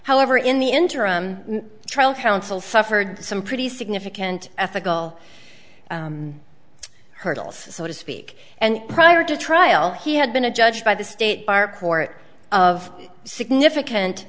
however in the interim trial counsel suffered some pretty significant ethical hurdles so to speak and prior to trial he had been a judge by the state bar court of significant